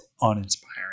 uninspiring